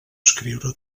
escriure